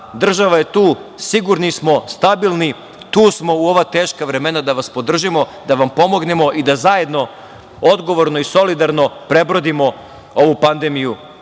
država je tu, sigurni smo, stabilni, tu smo u ova teška vremena da vas podržimo, da vam pomognemo i da zajedno, odgovorno i solidarno prebrodimo ovu pandemiju